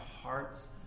hearts